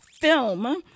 film